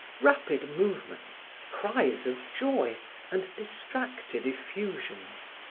rapid movements, cries of joy and distracted effusions.